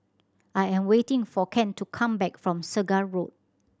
I am waiting for Kent to come back from Segar Road